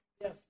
Yes